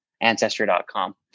Ancestry.com